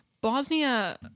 Bosnia